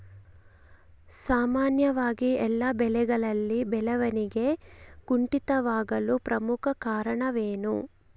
ಸಾಮಾನ್ಯವಾಗಿ ಎಲ್ಲ ಬೆಳೆಗಳಲ್ಲಿ ಬೆಳವಣಿಗೆ ಕುಂಠಿತವಾಗಲು ಪ್ರಮುಖ ಕಾರಣವೇನು?